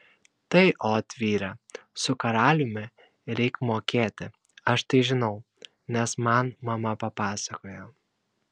tai ot vyre su karaliumi reik mokėti aš tai žinau nes man mama papasakojo